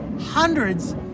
hundreds